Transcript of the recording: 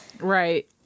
Right